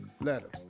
letter